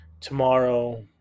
tomorrow